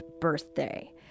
birthday